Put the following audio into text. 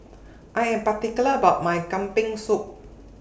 I Am particular about My Kambing Soup